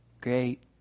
great